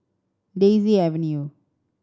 Daisy Avenue